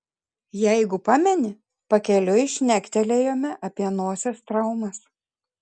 jeigu pameni pakeliui šnektelėjome apie nosies traumas